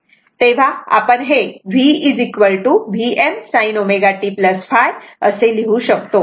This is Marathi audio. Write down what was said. तेव्हा आपण v Vm sin ω t ϕ असे लिहू शकतो